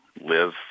live